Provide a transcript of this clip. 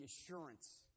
assurance